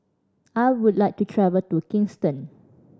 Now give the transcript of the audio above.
I would like to travel to Kingston